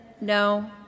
no